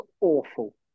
awful